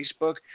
facebook